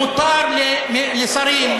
מותר לשרים,